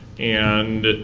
and